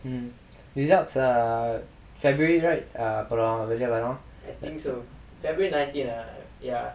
results uh february right அப்பறம் வெளிய வரும்:apparam veliya varum